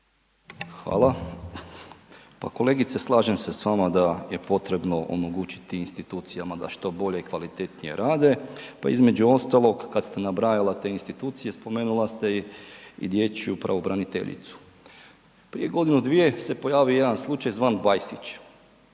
Hvala. Pa kolegice slažem se s vama da je potrebno omogućiti institucijama da što bolje i kvalitetnije rade, pa između ostalog kad ste nabrajala te institucije spomenula ste i dječju pravobraniteljicu. Prije godinu, dvije se pojavio jedan slučaj zvan Bajsić.